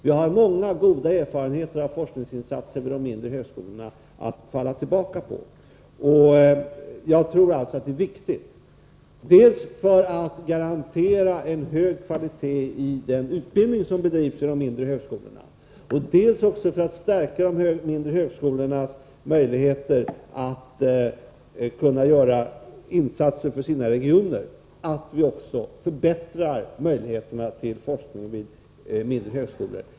Vi har många goda erfarenheter av forskningsinsatser vid de mindre högskolorna att falla tillbaka på. Forskningsoch ut Jag tror alltså att det är viktigt, dels för att garantera en hög kvalitet i den vecklingsverksam utbildning som bedrivs vid de mindre högskolorna, dels för att stärka de het mindre högskolornas möjligheter att göra insatser för sina regioner, att förbättra möjligheterna till forskning vid mindre högskolor.